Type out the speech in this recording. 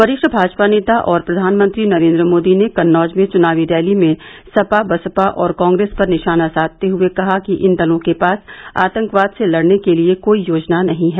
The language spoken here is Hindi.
वरिष्ठ भाजपा नेता और प्रधानमंत्री नरेन्द्र मोदी ने कन्नौज में चुनावी रैली में सपा बसपा और कांग्रेस पर निशाना साधते हुए कहा कि इन दलों के पास आतंकवाद से लड़ने के लिए कोई योजना नहीं है